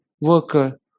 worker